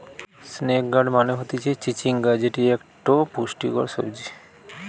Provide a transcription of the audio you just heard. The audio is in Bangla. স্নেক গার্ড মানে হতিছে চিচিঙ্গা যেটি একটো পুষ্টিকর সবজি